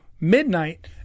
midnight